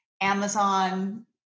Amazon